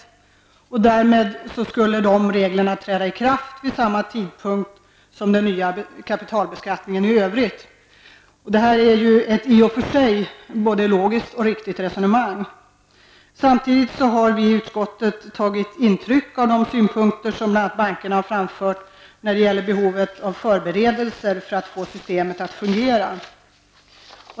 Dessa regler skulle alltså träda i kraft vid samma tidpunkt som den nya kapitalbeskattningen i övrigt. Det är i och för sig ett logiskt och riktigt resonemang. Samtidigt har vi i utskottet tagit intryck av de synpunkter som bl.a. bankerna har framfört när det gäller behovet av förberedelser för att få systemet att fungera.